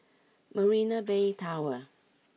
Marina Bay Tower